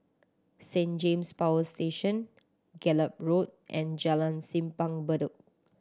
Saint James Power Station Gallop Road and Jalan Simpang Bedok